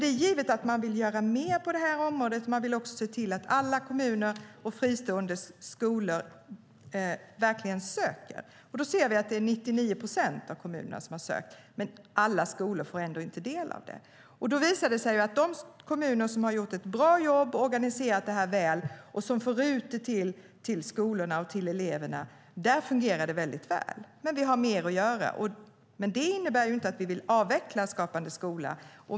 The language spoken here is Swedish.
Det är givet att vi vill göra mer på det här området och se till att alla kommuner och fristående skolor verkligen söker. Vi vet att det är 99 procent av kommunerna som har sökt, men alla skolor får ändå inte del av det. Det har visat sig att i de kommuner som har gjort ett bra jobb, organiserat detta väl och fört ut det till skolorna och eleverna fungerar det väldigt väl. Vi har mer att göra, men det innebär inte att vi vill avveckla Skapande skola.